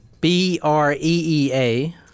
B-R-E-E-A